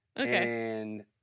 Okay